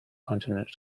continent